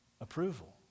approval